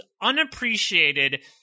unappreciated